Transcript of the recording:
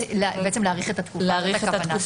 שמבקש להאריך את התקופה.